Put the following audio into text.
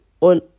on